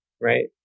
right